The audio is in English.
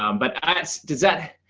um but as does that,